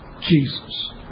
Jesus